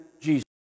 Jesus